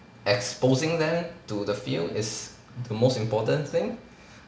exposing them to the field is the most important thing